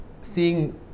seeing